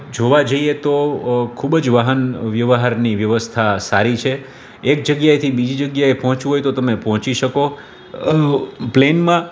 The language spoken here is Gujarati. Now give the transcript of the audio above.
જોવા જઈએ તો ખૂબ જ વાહન વ્યવહારની વ્યવસ્થા સારી છે એક જગ્યાએથી બીજી જગ્યાએ પહોંચવું હોય તો તમે પહોંચી શકો પ્લેનમાં